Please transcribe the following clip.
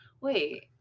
Wait